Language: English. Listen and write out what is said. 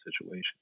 situation